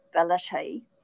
ability